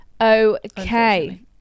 Okay